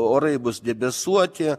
orai bus debesuoti